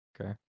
okay